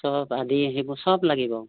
সব আদি সেইবোৰ সব লাগিব